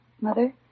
Mother